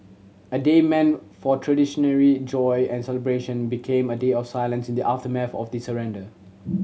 a day meant for joy and celebration became a day of silence in the aftermath of the surrender